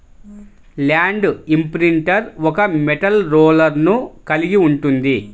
land imprinter ఒక metal రోలర్ను కలిగి ఉంటుంది